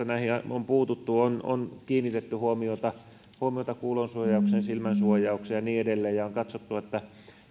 näihin on puututtu on on kiinnitetty huomiota huomiota kuulonsuojaukseen silmänsuojaukseen ja niin edelleen ja on katsottu että